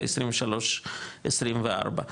ל-23-24,